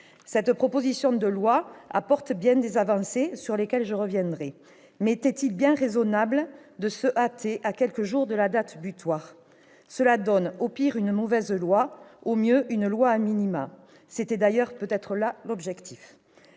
Cette proposition de loi apporte bien des avancées sur lesquelles je reviendrai. Mais était-il raisonnable de se hâter à quelques jours de la date butoir ? Au pire, cela donne une mauvaise loi, au mieux, une loi. C'était d'ailleurs peut-être l'objectif